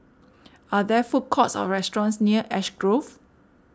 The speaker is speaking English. are there food courts or restaurants near Ash Grove